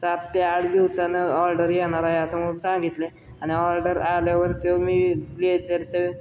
सात ते आठ दिवसानं ऑर्डर येणार आहे असं म्हणून सांगितले आणि ऑर्डर आल्यावर तर मी ब्लेझरचं